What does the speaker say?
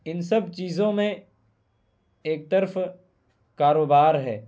ان سب چیزوں میں ایک طرف کاروبار ہے